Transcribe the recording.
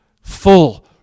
full